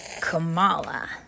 Kamala